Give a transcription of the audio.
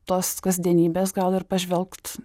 tos kasdienybės gal ir pažvelgt